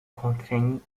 contraignit